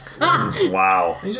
Wow